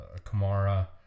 Kamara